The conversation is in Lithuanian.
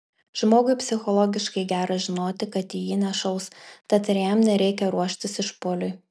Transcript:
žmogui psichologiškai gera žinoti kad į jį nešaus tad ir jam nereikia ruoštis išpuoliui